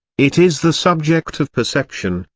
it is the subject of perception,